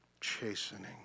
Chastening